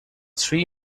three